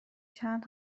چند